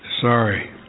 sorry